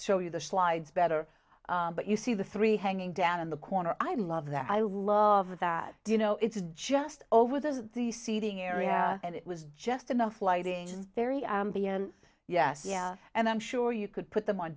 show you the slides better but you see the three hanging down in the corner i love that i love that do you know it's just over there's the seating area and it was just enough lighting and very ambient yes and i'm sure you could put them on